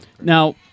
Now